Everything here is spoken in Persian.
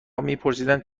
میپرسیدند